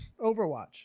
Overwatch